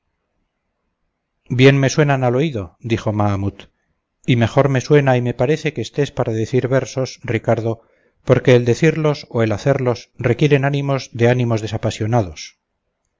bien me suenan al oído dijo mahamut y mejor me suena y me parece que estés para decir versos ricardo porque el decirlos o el hacerlos requieren ánimos de ánimos desapasionados